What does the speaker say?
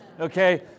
Okay